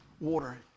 water